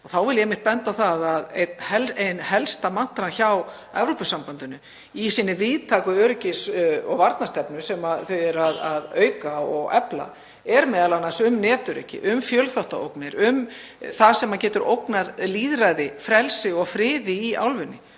Þá vil ég einmitt benda á það að ein helsta mantran hjá Evrópusambandinu í sinni víðtæku öryggis- og varnarstefnu, sem þau eru að auka og efla, er m.a. um netöryggi, um fjölþáttaógnir, um það sem getur ógnað lýðræði, frelsi og friði í álfunni.